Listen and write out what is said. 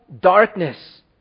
darkness